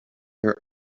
your